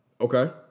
Okay